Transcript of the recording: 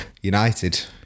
United